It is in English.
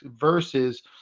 versus